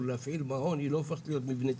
להפעיל מעון היא לא הופכת להיות מבנה ציבור.